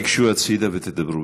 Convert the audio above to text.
תיגשו הצדה ותדברו,